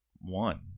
one